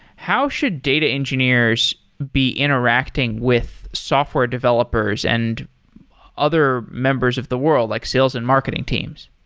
how should data engineers be interacting with software developers and other members of the world, like sales and marketing teams?